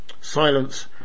silence